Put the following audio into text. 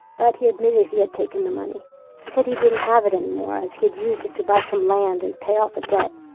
but he admitted he had taken out the money he said he didn't have it anymore, as he had used it to buy some land and pay off a debt.